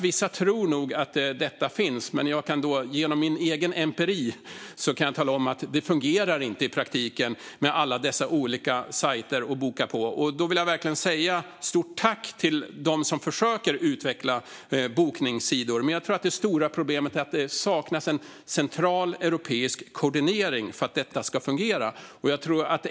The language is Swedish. Vissa tror nog att det här finns, men jag kan genom egen empiri tala om att det inte fungerar i praktiken med alla dessa olika bokningssajter. Jag vill ändå säga ett stort tack till dem som försöker utveckla bokningssidor. Jag tror dock att det stora problemet är att det saknas en central europeisk koordinering för att det ska fungera.